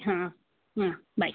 ಹಾಂ ಹಾಂ ಬಾಯ್